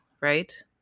right